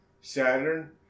Saturn